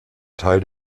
teil